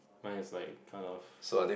mine is like kind of